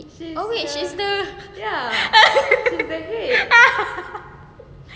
oh wait she is the